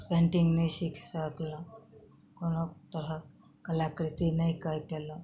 painting नहि सीख सकलहुॅं कोनो तरहक कलाकृति नहि केलहुॅं